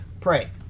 Pray